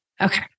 Okay